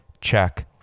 check